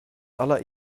aller